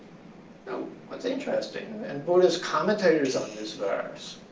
you know what's interesting, and buddhist commentators on this verse